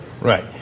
Right